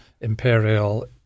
imperial